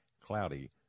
cloudy